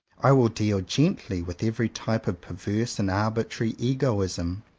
i will deal gently with every type of perverse and arbitrary egoism,